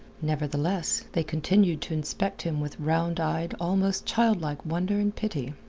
nevertheless, they continued to inspect him with round-eyed, almost childlike wonder and pity.